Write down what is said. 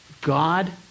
God